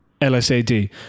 LSAD